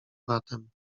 bratem